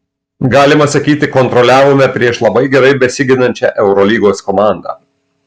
galima sakyti kontroliavome prieš labai gerai besiginančią eurolygos komandą